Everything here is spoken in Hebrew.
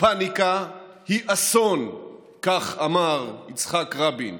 ופניקה היא אסון" כך אמר יצחק רבין.